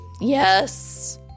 Yes